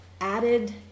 added